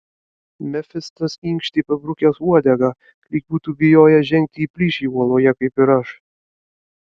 mefistas inkštė pabrukęs uodegą lyg būtų bijojęs žengti į plyšį uoloje kaip ir aš